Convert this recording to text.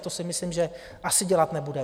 To si myslím, že asi dělat nebude.